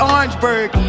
Orangeburg